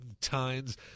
tines